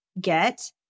get